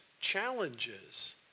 challenges